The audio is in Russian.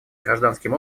гражданским